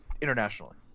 internationally